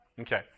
Okay